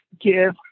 give